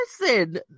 Listen